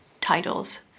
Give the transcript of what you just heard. titles